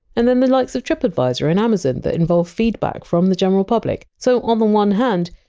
and then the likes of tripadvisor and amazon that involve feedback from the general public so, on the one hand,